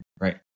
right